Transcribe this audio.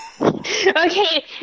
Okay